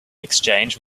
exchange